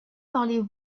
parlez